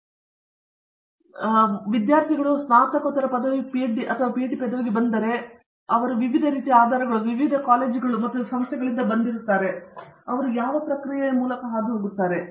ಆದ್ದರಿಂದ ವಿದ್ಯಾರ್ಥಿಗಳು ಸ್ನಾತಕೋತ್ತರ ಪದವಿ ಮತ್ತು ಪಿಎಚ್ಡಿ ಪದವಿಗೆ ಬಂದರೆ ಅವರು ವಿವಿಧ ರೀತಿಯ ಆಧಾರಗಳು ವಿಭಿನ್ನ ಕಾಲೇಜುಗಳು ಮತ್ತು ಸಂಸ್ಥೆಗಳಿಂದ ಬರುತ್ತಾರೆ ಮತ್ತು ನಂತರ ಅವರು ಈ ಪ್ರಕ್ರಿಯೆಯ ಮೂಲಕ ಹೋಗುತ್ತಾರೆ